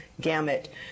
gamut